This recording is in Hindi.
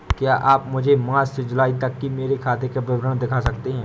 क्या आप मुझे मार्च से जूलाई तक की मेरे खाता का विवरण दिखा सकते हैं?